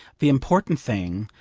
the important thing,